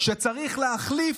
שצריך להחליף,